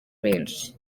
benshi